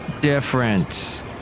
difference